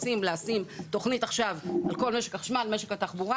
רוצים לשים תוכנית על כל משק החשמל או משק התחבורה,